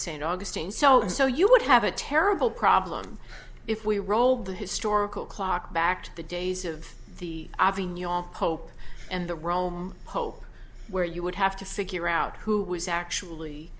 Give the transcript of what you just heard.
saint augustine so so you would have a terrible problem if we rolled the historical clock back to the days of the obvious pope and the rome pope where you would have to figure out who was actually